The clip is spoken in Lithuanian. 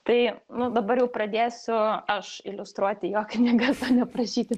tai nu dabar jau pradėsiu aš iliustruoti jo knygas o ne prašyti